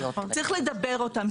צריך לדבר עליהן.